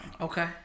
Okay